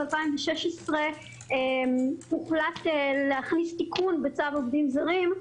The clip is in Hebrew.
ב-2016 הוחלט להכניס תיקון בצו עובדים זרים.